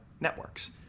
networks